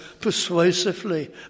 persuasively